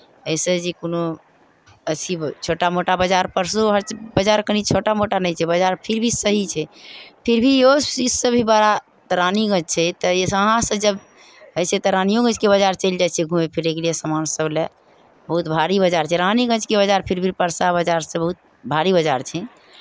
एहिसँ जे कोनो अथी छोटा मोटा बाजार परसो हाट बाजार कनि छोटा मोटा नहि छै बाजार फिर भी सही छै फिर भी इहो चीजसँ भी बड़ा रानीगंज छै तऽ यहाँसँ जब होइ छै तऽ रानिओगंजके बाजार चलि जाइ छियै घूमय फिरयके लिए सामानसभ लए बहुत भारी बजार छै रानीगंजके बाजार फिर भी परसा बाजारसँ बहुत भारी बाजार छै